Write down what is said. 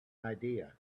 idea